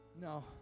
no